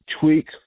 tweak